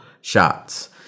shots